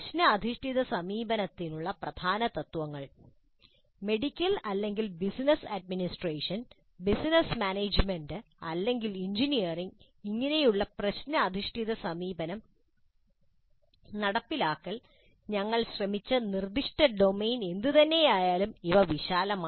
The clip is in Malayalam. പ്രശ്ന അധിഷ്ഠിത സമീപനത്തിനുള്ള പ്രധാന തത്വങ്ങൾ മെഡിക്കൽ അല്ലെങ്കിൽ ബിസിനസ് അഡ്മിനിസ്ട്രേഷൻ ബിസിനസ് മാനേജ്മെന്റ് അല്ലെങ്കിൽ എഞ്ചിനീയറിംഗ് എന്നിങ്ങനെയുള്ള പ്രശ്ന അധിഷ്ഠിത സമീപനം നടപ്പിലാക്കാൻ ഞങ്ങൾ ശ്രമിച്ച നിർദ്ദിഷ്ട ഡൊമെയ്ൻ എന്തുതന്നെയായാലും ഇവ വളരെ വിശാലമാണ്